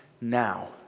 now